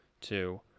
two